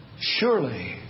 Surely